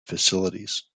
facilities